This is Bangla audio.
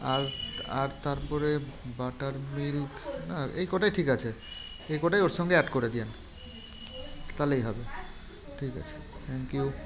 আর আর তারপরে বাটার মিল্ক না এই কটাই ঠিক আছে এ কটাই ওর সঙ্গে অ্যাড করে দিয়েন তাহলেই হবে ঠিক আছে থ্যাঙ্ক ইউ